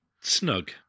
Snug